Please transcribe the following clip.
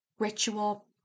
Ritual